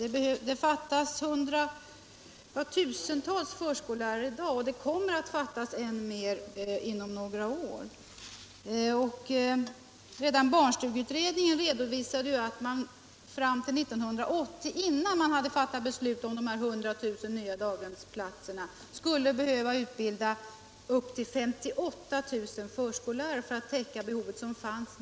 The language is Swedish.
Det fattas tusentals förskollärare i dag, och det kommer att saknas ännu fler inom några år. Redan barnstugeutredningen redovisade att det fram till 1980, innan man hade fattat beslut om de 100 000 nya daghemsplatserna, skulle behöva utbildas upp till 58 000 förskollärare för att täcka det behov som då fanns.